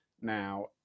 now